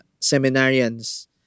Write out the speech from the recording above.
seminarians